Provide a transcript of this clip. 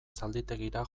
zalditegira